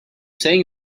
saying